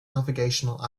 navigational